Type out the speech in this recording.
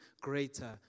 greater